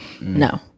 No